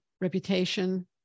reputation